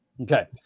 Okay